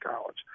college